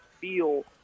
feel